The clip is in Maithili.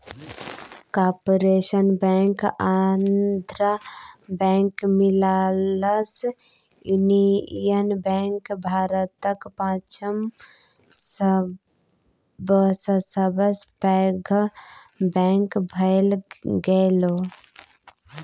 कारपोरेशन बैंक आ आंध्रा बैंक मिललासँ युनियन बैंक भारतक पाँचम सबसँ पैघ बैंक भए गेलै